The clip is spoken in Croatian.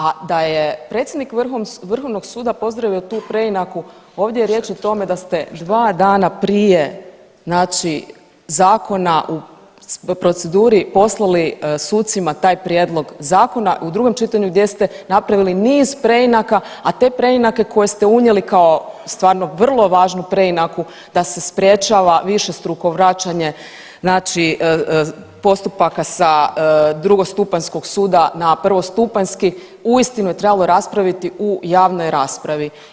A da je predsjednik vrhovnog suda pozdravio tu preinaku, ovdje je riječ o tome da ste dva dana prije zakona u proceduri poslali sucima taj prijedlog zakona u drugom čitanju gdje ste napravili niz preinaka, a te preinake koje ste unijeli kao stvarno vrlo važnu preinaku da se sprječava višestruko vraćanje postupaka sa drugostupanjskog suda na prvostupanjski, uistinu je trebalo raspraviti u javnoj raspravi.